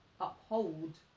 uphold